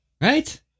Right